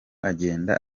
agenda